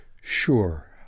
Sure